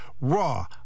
raw